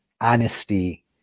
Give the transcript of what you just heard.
honesty